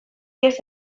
ihes